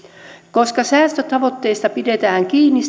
koska säästötavoitteista pidetään kiinni